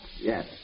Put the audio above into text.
Yes